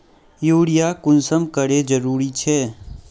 Urea कुंसम करे जरूरी छै?